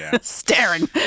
staring